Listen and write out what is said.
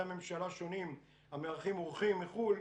הממשלה השונים המארחים אורחים מחו"ל,